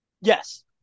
Yes